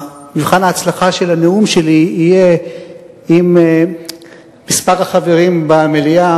מבחן ההצלחה של הנאום שלי יהיה אם מספר החברים במליאה,